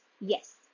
Yes